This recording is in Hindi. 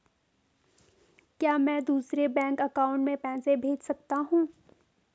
क्या मैं दूसरे बैंक अकाउंट में पैसे भेज सकता हूँ?